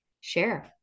share